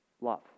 love